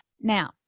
Now